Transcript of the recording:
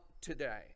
today